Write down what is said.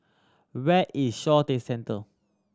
where is Shaw Centre